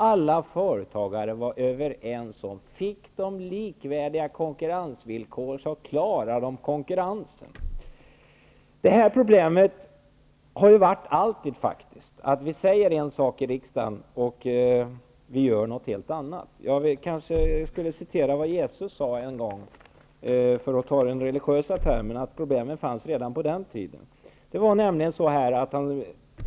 Alla företagare var överens om, att om de fick likvärdiga konkurrensvillkor skulle de klara konkurrensen. Det har alltid varit ett problem att vi säger en sak i riksdagen men gör något helt annat. Jag kan berätta vad Jesus sade en gång -- för att ta det i religiösa termer --, problemen fanns nämligen redan på den tiden.